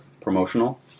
promotional